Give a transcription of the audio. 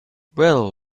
well